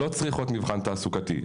לא צריכות מבחן תעסוקתי,